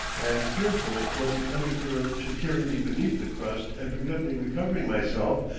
and fearful lest the undercurrent should carry me beneath the crust and prevent me recovering myself,